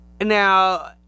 Now